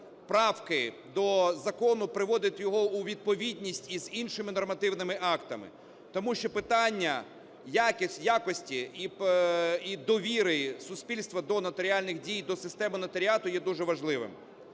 правки до закону, приводить його у відповідність із іншими нормативними актами, тому що питання якості і довіри суспільства до нотаріальних дій, до системи нотаріату є дуже важливим.